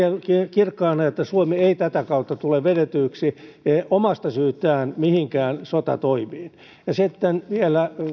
kirkkaana että suomi ei tätä kautta tule vedetyksi omasta syystään mihinkään sotatoimiin sitten vielä